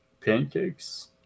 pancakes